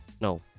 No